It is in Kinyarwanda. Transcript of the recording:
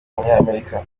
umunyamerika